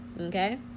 Okay